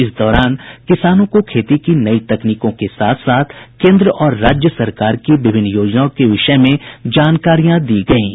इस दौरान किसानों को खेती की नई तकनीकों के साथ साथ केन्द्र और राज्य सरकार की विभिन्न योजनाओं के विषय में जानकारियां दी गयीं